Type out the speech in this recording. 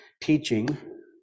teaching